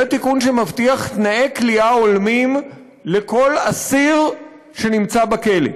זה תיקון שמבטיח תנאי כליאה הולמים לכל אסיר שנמצא בכלא.